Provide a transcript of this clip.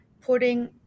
putting